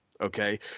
Okay